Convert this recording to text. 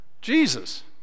Jesus